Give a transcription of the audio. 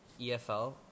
EFL